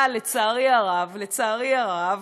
אבל לצערי הרב, לצערי הרב,